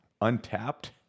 Untapped